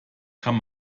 kann